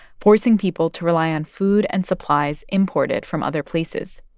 forcing people to rely on food and supplies imported from other places,